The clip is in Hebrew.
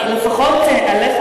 אני לפחות עליך,